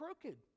crooked